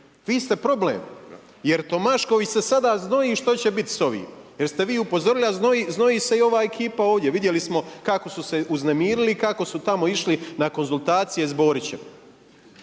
Vi ste problem. Jer Tomašković se sada znoji što će biti s ovim. Jer ste vi upozorili, a znoji se i ova ekipa ovdje, vidjeli smo kako su se uznemirili, kako su tamo išli na konzultacije s Borićem.